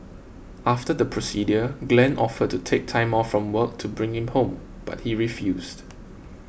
after the procedure Glen offered to take time off from work to bring him home but he refused